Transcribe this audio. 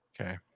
Okay